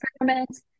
experiments